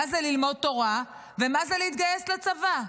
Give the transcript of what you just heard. מה זה ללמוד תורה ומה זה להתגייס לצבא.